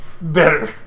better